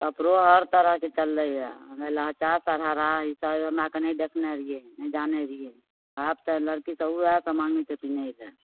कपड़ो हर तरहके चललैया हे लहटा सरहारा ई सब हमरा आर कए नहि देखने रहियै नहि जानै रहियै आब तऽ लड़की सब ओहए सब माङ्गै छै पिन्है लए